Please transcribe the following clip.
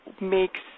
makes